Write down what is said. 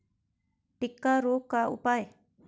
टिक्का रोग का उपाय?